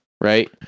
Right